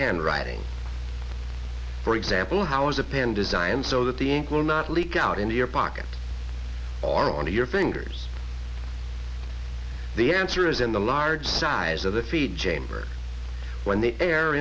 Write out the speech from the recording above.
handwriting for example how is a pen designed so that the ink will not leak out into your pocket or onto your fingers the answer is in the large size of the feed chamber when the air